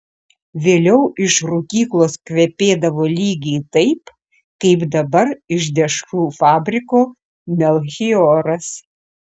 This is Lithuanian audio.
vėliau iš rūkyklos kvepėdavo lygiai taip kaip dabar iš dešrų fabriko melchioras